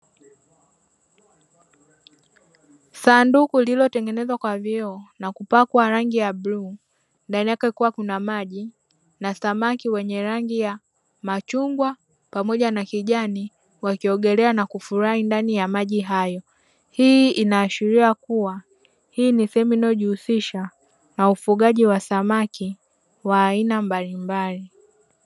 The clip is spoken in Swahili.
Sanduku lililotengenezwa kwa vioo, na kupakwa rangi ya bluu ndani yake kukiwa na maji na samaki wenye rangi ya machungwa pamoja na kijani wakiogel ea na kufurahi ndani ya maji hayo, hii inaashiria kuwa hii ni sehemu inayojihusisha na ufugaji wa samaki wa aina mbalimabli.